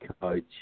coach